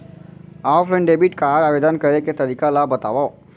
Offline debit card आवेदन करे के तरीका ल बतावव?